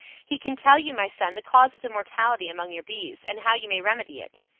he can tell you, my son, the cause of the mortality among your bees, and how you may remedy it.